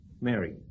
Mary